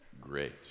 Great